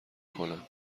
کنم